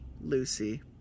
Lucy